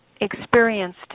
experienced